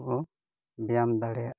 ᱠᱚ ᱵᱮᱭᱟᱢ ᱫᱟᱲᱮᱭᱟᱜᱼᱟ